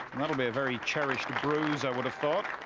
that will be a very cherished bruise. i would have thought.